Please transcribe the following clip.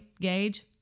Gage